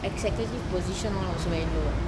executive position all also very ah